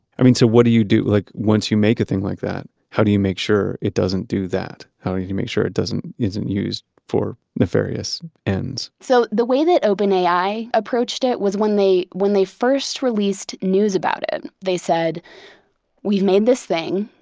i mean, so what do you do? like once you make a thing like that, how do you make sure it doesn't do that? how do you make sure it isn't used for nefarious ends? so the way that openai approached it was when they when they first released news about it, they said we've made this thing.